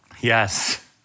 Yes